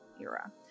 era